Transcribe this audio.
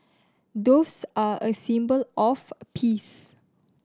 doves are a symbol of peace